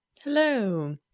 hello